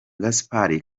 gaspard